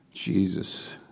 Jesus